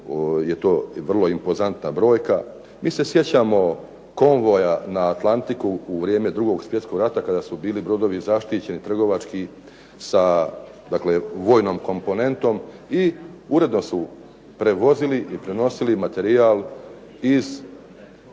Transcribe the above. je to vrlo impozantna brojka. Mi se sjećamo konvoja na Atlantiku u vrijeme 2. svjetskog rata kada su bili brodovi zaštićeni trgovački sa vojnom komponentom i uredno su prevozili i prenosili materijal iz